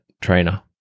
trainer